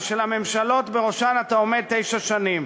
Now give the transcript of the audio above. ושל הממשלות שבראשן אתה עומד תשע שנים,